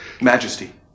Majesty